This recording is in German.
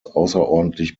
außerordentlich